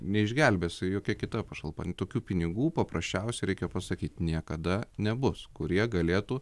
neišgelbės jokia kita pašalpa tokių pinigų paprasčiausiai reikia pasakyti niekada nebus kurie galėtų